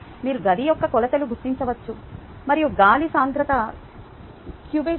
మీరు గది యొక్క కొలతలు గుర్తించవచ్చు మరియు గాలి సాంద్రత క్యూబెడ్ మీటరుకు 1